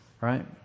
right